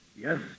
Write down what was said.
Yes